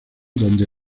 donde